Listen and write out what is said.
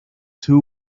two